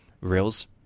reels